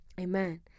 amen